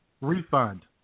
refund